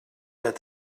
that